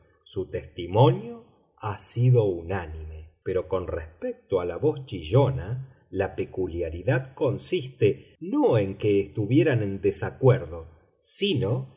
su testimonio ha sido unánime pero con respecto a la voz chillona la peculiaridad consiste no en que estuvieran en desacuerdo sino